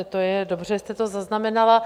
To je dobře, že jste to zaznamenala.